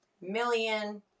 million